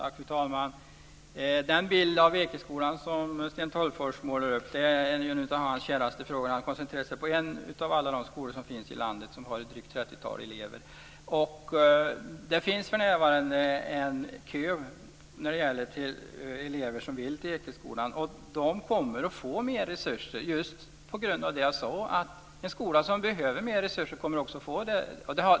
Fru talman! Den bild av Ekeskolan som Sten Tolgfors målar upp är ju en av hans käraste frågor. Han koncentrerar sig på en av alla de skolor som finns i landet och som har drygt 30 elever. Det finns för närvarande en kö när det gäller elever som vill till Ekeskolan. De kommer att få mer resurser just på grund av det jag sade, att en skola som behöver mer resurser också kommer att få det.